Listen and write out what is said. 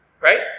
right